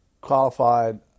qualified